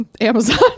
Amazon